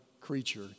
creature